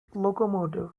locomotive